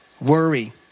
worry